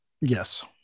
Yes